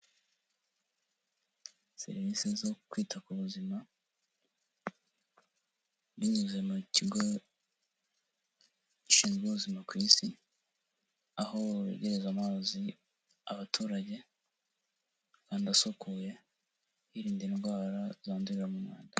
Serivisi zo kwita ku buzima, binyuze mu kigo gishinzwe ubuzima ku isi, aho begereza amazi abaturage, kandi asukuye, birinda indwara zandurira mu mwanda.